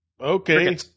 okay